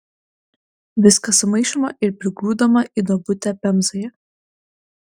viskas sumaišoma ir prigrūdama į duobutę pemzoje